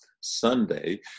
Sunday